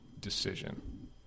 decision